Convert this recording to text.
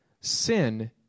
sin